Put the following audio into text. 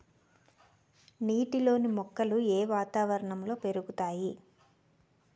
నీటిలోని మొక్కలు ఏ వాతావరణంలో పెరుగుతాయి?